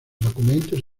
documentos